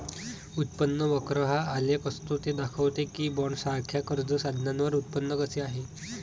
उत्पन्न वक्र हा आलेख असतो ते दाखवते की बॉण्ड्ससारख्या कर्ज साधनांवर उत्पन्न कसे आहे